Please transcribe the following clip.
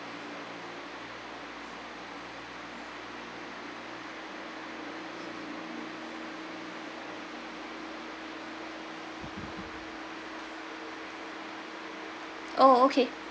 oh oh okay